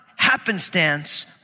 happenstance